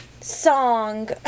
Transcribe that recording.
song